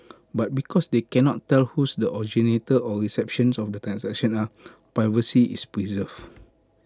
but because they cannot tell whose the originators or recipients of the transactions are privacy is preserved